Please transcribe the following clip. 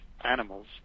animals